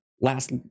last